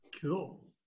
Cool